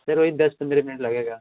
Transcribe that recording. sir वही दस पंद्रह मिनट लगेगा